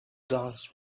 dogs